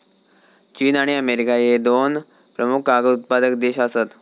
चीन आणि अमेरिका ह्ये दोन प्रमुख कागद उत्पादक देश आसत